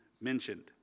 mentioned